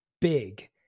big